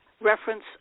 reference